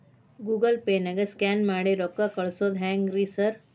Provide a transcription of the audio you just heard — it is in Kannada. ಗೂಗಲ್ ಪೇನಾಗ ಸ್ಕ್ಯಾನ್ ಮಾಡಿ ರೊಕ್ಕಾ ಕಳ್ಸೊದು ಹೆಂಗ್ರಿ ಸಾರ್?